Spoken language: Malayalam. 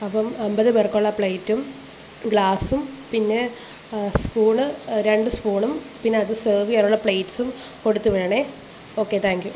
അപ്പം അമ്പത് പേര്ക്കുള്ള പ്ലേറ്റും ഗ്ലാസ്സും പിന്നെ സ്പൂണ് രണ്ട് സ്പൂണും പിന്നെ അത് സേർവ് ചെയ്യാനുള്ള പ്ലേറ്റ്സും കൊടുത്തുവിടണേ ഓക്കെ താങ്ക് യു